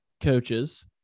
coaches